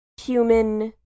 human